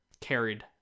carried